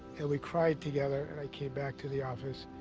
and we cried together, and i came back to the office,